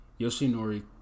Yoshinori